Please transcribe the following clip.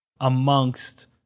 amongst